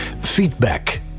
Feedback